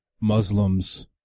Muslims